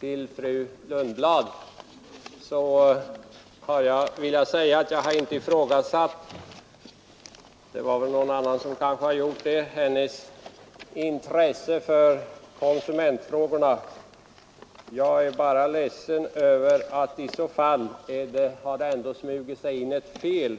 Till fru Lundblad vill jag säga att jag inte har ifrågasatt hennes intresse för konsumentfrågorna — det var kanske någon annan som gjorde det. Jag är bara ledsen över att det har smugit sig in ett fel